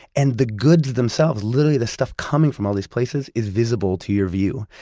and the goods themselves, literally the stuff coming from all these places, is visible to your view.